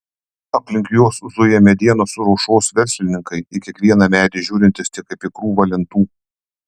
aplink juos zuja medienos ruošos verslininkai į kiekvieną medį žiūrintys tik kaip į krūvą lentų